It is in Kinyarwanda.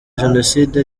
jenoside